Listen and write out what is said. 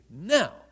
Now